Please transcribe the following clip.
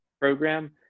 program